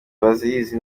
bazizi